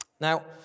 Now